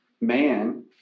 man